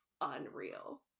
unreal